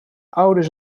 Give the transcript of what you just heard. ouders